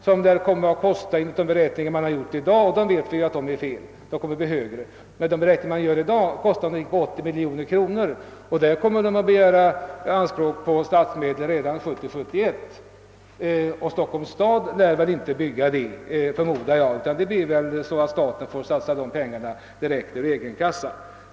Enligt dagens beräkningar — och vi vet att de kommer att bli felaktiga, kostnaderna kommer att bli mycket högre — skall det kosta 80 miljoner kronor. Regeringen kommer kanske att begära att få medel härför redan 1970/71, och Stockholms stad lär inte bekosta det utan staten får satsa dessa pengar ur egen kassa.